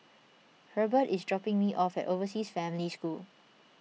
Hurbert is dropping me off at Overseas Family School